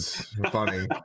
funny